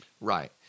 Right